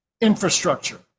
infrastructure